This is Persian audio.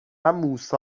موسی